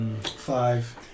Five